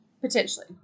potentially